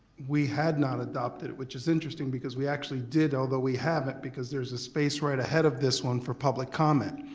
we had not adopted it, which is interesting because we actually did although we haven't because there's a space right ahead of this one for public comment.